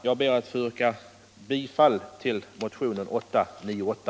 Jag ber att få yrka bifall till motionen 898.